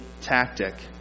tactic